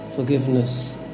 forgiveness